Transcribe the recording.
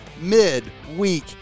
mid-week